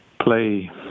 play